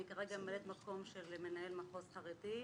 אני כרגע ממלאת מקום של מנהל מחוז חרדי.